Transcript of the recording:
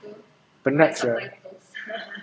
penat sia